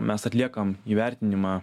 o mes atliekam įvertinimą